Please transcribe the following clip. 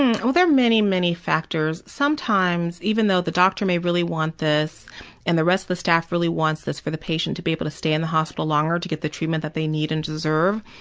and well, there are many, many factors. sometimes, even though the doctor may really want this and the rest of the staff really wants this for the patient to be able to stay in the hospital longer to get the treatment that they need and deserve,